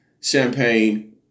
Champagne